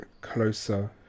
closer